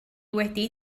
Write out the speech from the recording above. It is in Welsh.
wedi